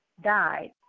died